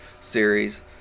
series